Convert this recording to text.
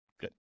Good